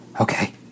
Okay